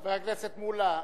חבר הכנסת מולה,